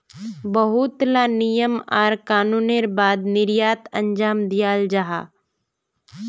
बहुत ला नियम आर कानूनेर बाद निर्यात अंजाम दियाल जाहा